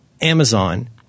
Amazon